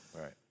Right